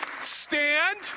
stand